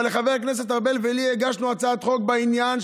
אבל חבר הכנסת ארבל ואני הגשנו הצעת חוק בעניין,